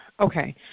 Okay